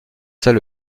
seul